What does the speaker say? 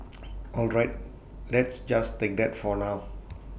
all right let's just take that for now